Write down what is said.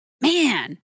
man